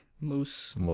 Moose